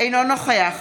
אינו נוכח